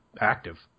active